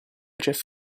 jeff